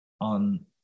on